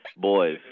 Boys